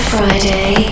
Friday